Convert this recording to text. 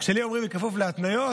כשלי אומרים: בכפוף להתניות,